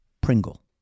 Pringle